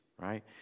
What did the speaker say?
right